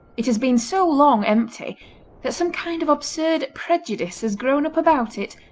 it has been so long empty that some kind of absurd prejudice has grown up about it,